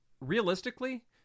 Realistically